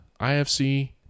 IFC